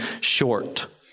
short